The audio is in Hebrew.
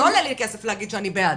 לא עולה לי כסף להגיד שאני בעד.